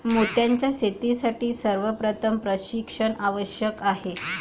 मोत्यांच्या शेतीसाठी सर्वप्रथम प्रशिक्षण आवश्यक आहे